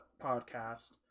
podcast